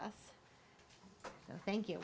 us thank you